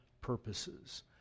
purposes